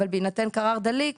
אבל בהינתן קרר דליק